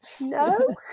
no